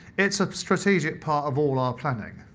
it's a strategic part of all our planning